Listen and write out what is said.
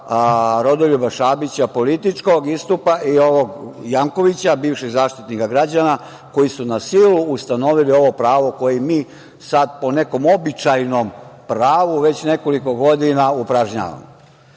Rodoljuba Šabića, političkog istupa, i Jankovića, bivšeg Zaštitnika građana, koji su na silu ustanovili ovo pravo koje mi sada po nekom običajnom pravu već nekoliko godina upražnjavamo. Mogao